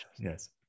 Yes